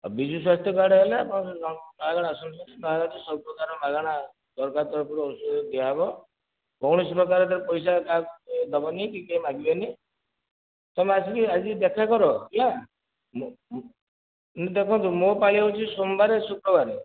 ହଁ ବିଜୁ ସ୍ବାସ୍ଥ୍ୟ କାର୍ଡ ହେଲେ ମାଗଣା ସବୁ ପ୍ରକାରର ମାଗଣା ସରକାର ତରଫରୁ ଔଷଧ ଦିଆହେବ କୌଣସି ପ୍ରକାରର ପଇସା କାହାକୁ ଦେବନି କି କିଏ ମାଗିବେନି ତମେ ଆସିକି ଆଜି ଦେଖାକର ହେଲା ମୁଁ ଦେଖନ୍ତୁ ମୋ ପାଳି ହେଉଛି ସୋମବାରେ ଶୁକ୍ରବାରେ